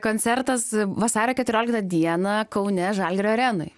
koncertas vasario keturioliktą dieną kaune žalgirio arenoj